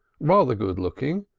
rather good-looking,